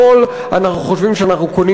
אנחנו חושבים שאנחנו קונים משהו יותר גדול,